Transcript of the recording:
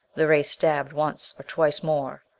the ray stabbed once or twice more.